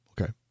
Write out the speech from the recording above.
okay